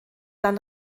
dann